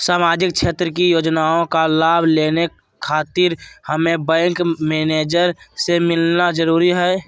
सामाजिक क्षेत्र की योजनाओं का लाभ लेने खातिर हमें बैंक मैनेजर से मिलना जरूरी है?